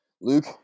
Luke